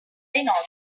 inoltre